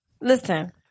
listen